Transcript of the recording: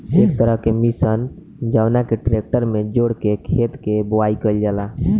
एक तरह के मशीन जवना के ट्रेक्टर में जोड़ के खेत के बोआई कईल जाला